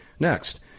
Next